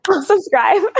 subscribe